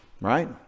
Right